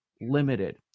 limited